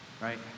right